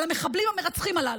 על המחבלים המרצחים הללו,